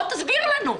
תסביר לנו.